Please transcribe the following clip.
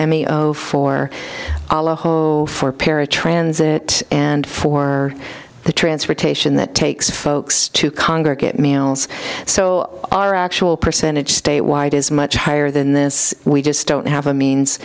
any of four for paratransit and for the transportation that takes folks to congregate meals so our actual percentage statewide is much higher than this we just don't have a means